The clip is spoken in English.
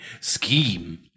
scheme